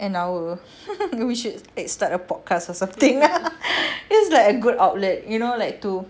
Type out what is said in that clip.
an hour we should like start a podcast or something lah it's like a good outlet you know like to